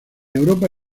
europa